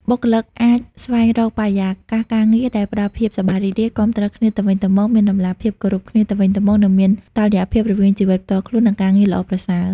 បុគ្គលិកអាចស្វែងរកបរិយាកាសការងារដែលផ្តល់ភាពសប្បាយរីករាយ គាំទ្រគ្នាទៅវិញទៅមក មានតម្លាភាព គោរពគ្នាទៅវិញទៅមក និងមានតុល្យភាពរវាងជីវិតផ្ទាល់ខ្លួន និងការងារ ល្អប្រសើរ។